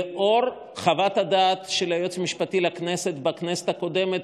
לאור חוות הדעת של היועץ המשפטי לכנסת בכנסת הקודמת,